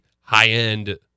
high-end